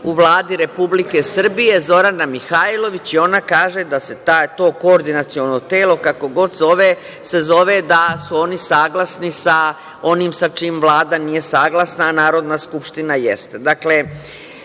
u Vladi Republike Srbije, Zorana Mihajlović i ona kaže da se to koordinaciono telo, kako god zove, se zove da su oni saglasni sa onim sa čim Vlada nije saglasna, a Narodna skupština jeste.